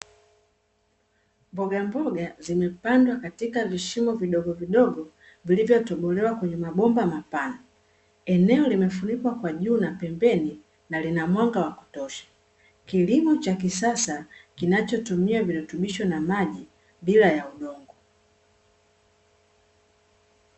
Mbogamboga zimepandwa katika vishimo vidogovidogo vilivyotobolewa kwenye mabomba mapana, eneo limefunikwa kwa juu na pembeni na lina mwanga wa kutosha kilimo kinachotumia virutubisho na maji bila ya udongo.